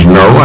no